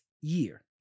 year